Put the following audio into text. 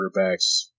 quarterbacks